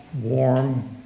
warm